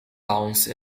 bounce